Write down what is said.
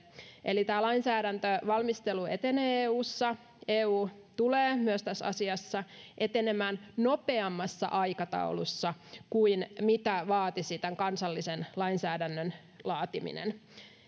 eli tämä lainsäädäntövalmistelu etenee eussa eu tulee myös tässä asiassa etenemään nopeammassa aikataulussa kuin mitä vaatisi tämän kansallisen lainsäädännön laatiminen